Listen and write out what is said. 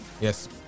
yes